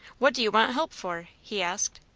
what do you want help for? he asked.